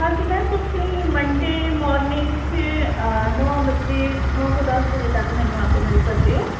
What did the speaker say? ਹਾਂਜੀ ਮੈਮ ਤੁਸੀਂ Monday morning 'ਚ ਨੌਂ ਵਜੇ ਨੌਂ ਤੋਂ ਦਸ ਵਜੇ ਤੱਕ ਮੈਨੂੰ ਆ ਕੇ ਮਿਲ ਸਕਦੇ ਹੋ